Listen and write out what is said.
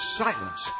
silence